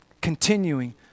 continuing